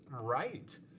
right